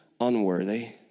unworthy